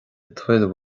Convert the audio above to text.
tuilleadh